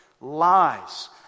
Lies